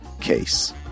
case